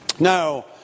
Now